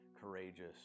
courageous